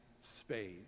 space